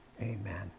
amen